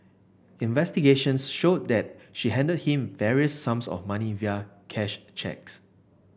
investigations showed that she handed to him various sums of money via cash cheques